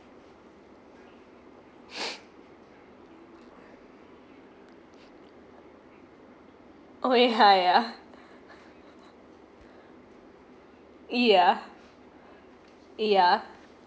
oh ya ya yeah yeah